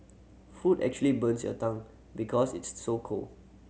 food actually burns your tongue because it's so cold